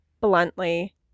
bluntly